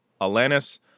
Alanis